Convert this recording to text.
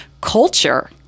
culture